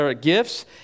gifts